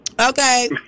Okay